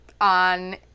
on